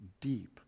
deep